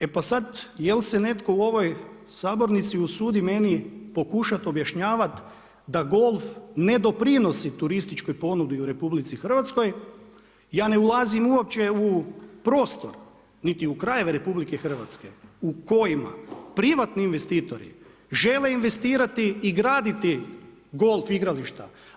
E pa sad, jel' se netko u ovoj sabornici usudi meni pokušati objašnjavati da golf ne doprinosi turističkoj ponudi u RH, ja ne ulazim uopće u prostor niti u krajeve RH u kojima privatni investitori žele investirati i graditi golf igrališta.